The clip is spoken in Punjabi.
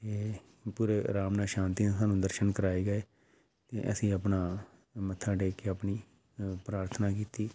ਏ ਪੂਰੇ ਆਰਾਮ ਨਾਲ ਸ਼ਾਂਤੀ ਨਾਲ ਸਾਨੂੰ ਦਰਸ਼ਨ ਕਰਾਏ ਗਏ ਅਸੀਂ ਆਪਣਾ ਮੱਥਾ ਟੇਕ ਕੇ ਆਪਣੀ ਪ੍ਰਾਰਥਨਾ ਕੀਤੀ